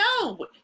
No